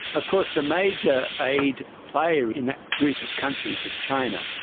of course the major aid player in that group of countries is china,